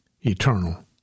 eternal